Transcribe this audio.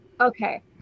Okay